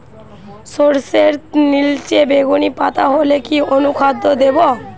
সরর্ষের নিলচে বেগুনি পাতা হলে কি অনুখাদ্য দেবো?